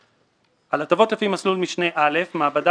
2. על הטבות לפי מסלול משנה א' מעבדה